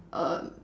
err